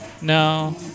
No